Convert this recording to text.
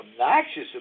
obnoxious